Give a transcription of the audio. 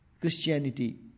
Christianity